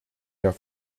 der